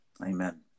amen